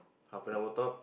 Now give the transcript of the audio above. half an hour talk